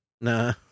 Nah